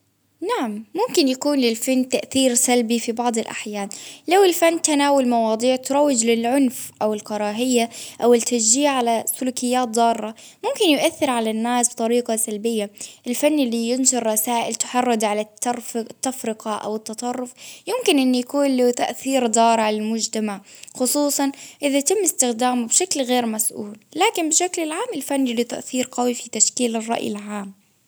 نعم ممكن يكون للفن تأثير سلبي في بعض الأحيان، لو الفن تناول مواضيع تروج للعنف أو الكراهية، أو التشجيع على سلوكيات ضارة، ممكن يؤثر على الناس طريقة سلبية، الفن اللي ينشر رسائل تحرض على الترفض-التفرقة أو التطرف، يمكن أن يكون له تأثير ضار علي المجتمع، خصوصا إذا تم إستخدامه بشكل غير مسؤول، لكن بشكل العام الفني لتأثير قوي في تشكيل الرأي العام.